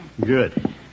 Good